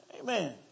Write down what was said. Amen